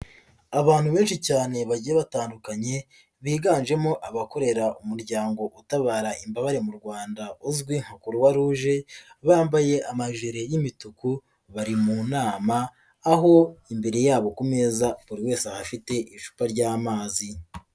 Abantu benshi cyane bagiye batandukanye biganjemo abakorera umuryango utabara imbabare mu Rwanda uzwi nka Croix rouge, bambaye amajeri y'imituku bari mu nama aho imbere yabo ku meza buri wese afite icupa ry'amazi.